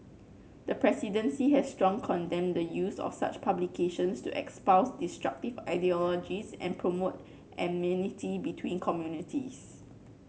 the presidency has strong condemned the use of such publications to espouse destructive ideologies and promote between communities